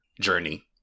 journey